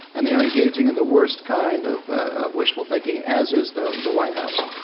and they are engaging in the worst kind of of wishful thinking, as is the the white house.